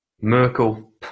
Merkel